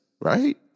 right